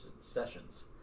sessions